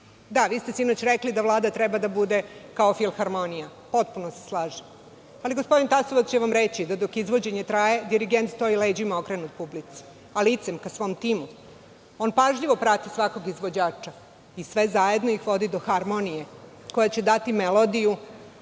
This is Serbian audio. Da, vi ste sinoć rekli da Vlada treba da bude kao filharmonija. Potpuno se slažem. Ali, gospodin Tasovac će vam reći, da dok izvođenje traje, dirigent stoji leđima okrenut publici, a licem ka svom timu. On pažljivo prati svakog izvođača i sve zajedno ih vodi do harmonije koje će dati melodiju